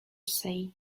say